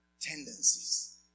tendencies